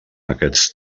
aquests